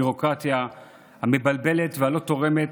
הביורוקרטיה המבלבלת והלא-תורמת,